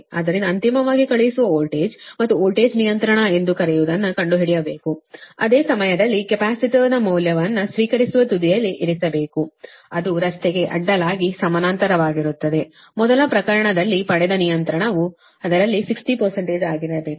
ಆದ್ದರಿಂದ ಅಂತಿಮವಾಗಿ ಕಳುಹಿಸುವ ವೋಲ್ಟೇಜ್ ಮತ್ತು ವೋಲ್ಟೇಜ್ ನಿಯಂತ್ರಣ ಎಂದು ಕರೆಯುವದನ್ನು ಕಂಡುಹಿಡಿಯಬೇಕು ಅದೇ ಸಮಯದಲ್ಲಿ ಕೆಪಾಸಿಟರ್ನ ಮೌಲ್ಯವನ್ನು ಸ್ವೀಕರಿಸುವ ತುದಿಯಲ್ಲಿ ಇರಿಸಬೇಕು ಅದು ರಸ್ತೆಗೆ ಅಡ್ಡಲಾಗಿ ಸಮಾನಾಂತರವಾಗಿರುತ್ತದೆ ಮೊದಲ ಪ್ರಕರಣದಲ್ಲಿ ಪಡೆದ ನಿಯಂತ್ರಣವು ಅದರಲ್ಲಿ 60 ಆಗಿರಬೇಕು